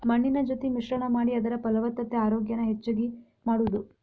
ಮಣ್ಣಿನ ಜೊತಿ ಮಿಶ್ರಣಾ ಮಾಡಿ ಅದರ ಫಲವತ್ತತೆ ಆರೋಗ್ಯಾನ ಹೆಚಗಿ ಮಾಡುದು